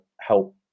help